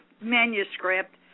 manuscript